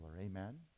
Amen